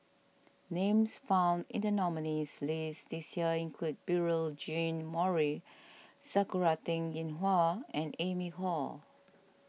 names found in the nominees' list this year include Beurel Jean Marie Sakura Teng Ying Hua and Amy Khor